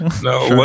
No